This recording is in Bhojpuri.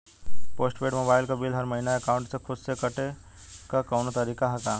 पोस्ट पेंड़ मोबाइल क बिल हर महिना एकाउंट से खुद से कटे क कौनो तरीका ह का?